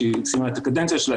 כשהיא סיימה את הקדנציה שלה,